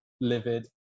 livid